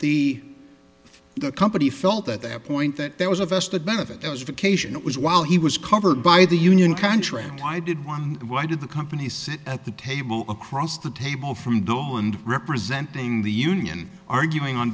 the the company felt at that point that there was a vested benefit those vacation it was while he was covered by the union contract i did one why did the company sit at the table across the table from dole and representing the union arguing on